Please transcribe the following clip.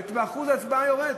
בבחירות לכנסת ואחוז הצבעה יורד.